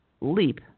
Leap